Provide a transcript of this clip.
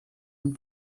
and